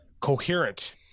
coherent